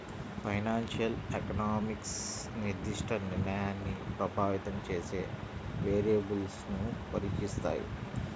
financial economics నిర్దిష్ట నిర్ణయాన్ని ప్రభావితం చేసే వేరియబుల్స్ను పరీక్షిస్తాయి